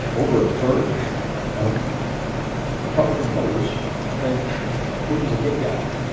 over a third of republican voters think putin is a good guy.